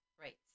right